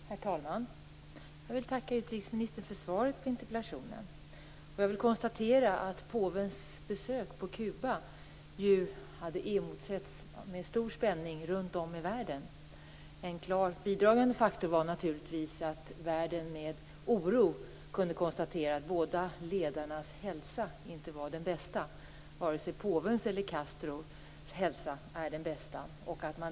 Herr talman! Jag vill tacka utrikesministern för svaret på interpellationen. Påvens besök på Kuba hade emotsetts med stor spänning runt om i världen. En klart bidragande faktor var naturligtvis att världen med oro kunde konstatera att båda ledarnas hälsotillstånd inte var de bästa. Inte vare sig påvens eller Castros hälsa är den bästa.